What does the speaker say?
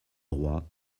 roi